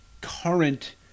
current